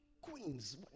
queens